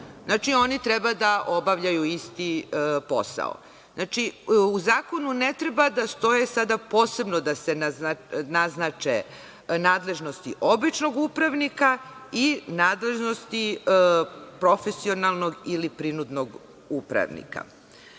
Znači, oni treba da obavljaju isti posao. U Zakonu ne treba da stoje, sada posebno da se naznače nadležnosti običnog upravnika i nadležnosti profesionalnog ili prinudnog upravnika. Obaveze